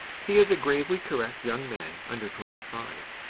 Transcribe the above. he is a gravely correct young man under twenty five,